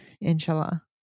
inshallah